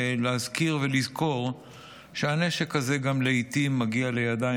להזכיר ולזכור שהנשק הזה גם לעיתים מגיע לידיים